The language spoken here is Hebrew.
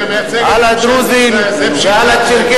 פשיטת הרגל זה שאתה מייצג את ממשלת ישראל.